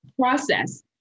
process